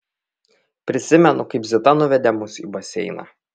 prisimenu kaip zita nuvedė mus į baseiną